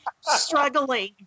struggling